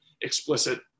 explicit